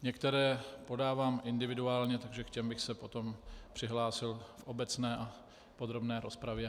Některé podávám individuálně, protože k těm bych se potom přihlásil v obecné a podrobné rozpravě.